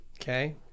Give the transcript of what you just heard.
Okay